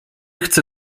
chcę